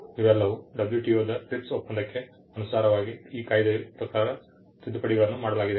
ಇವೆಲ್ಲವೂ WTO ದ TRIPS ಒಪ್ಪಂದಕ್ಕೆ ಅನುಸಾರವಾಗಿ ಈ ಕಾಯ್ದೆಯ ಪ್ರಕಾರ ತಿದ್ದುಪಡಿಗಳನ್ನು ಮಾಡಲಾಗಿದೆ